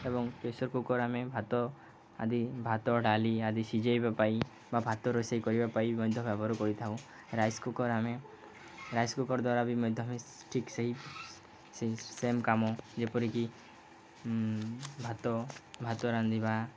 ଏବଂ pressure cooker ଆମେ ଭାତ ଆଦି ଭାତ ଡ଼ାଲି ଆଦି ସିଝେଇବା ପାଇଁ ବା ଭାତ ରୋଷେଇ କରିବା ପାଇଁ ମଧ୍ୟ ବ୍ୟବହାର କରିଥାଉ ରାଇସ୍ କୁକର୍ ଆମେ ରାଇସ୍ କୁକର୍ ଦ୍ୱାରା ବି ମଧ୍ୟ ଆମେ ଠିକ୍ ସେହି ସେ ସେମ୍ କାମ ଯେପରିକି ଭାତ ଭାତ ରାନ୍ଧିବା